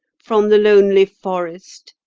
from the lonely forest,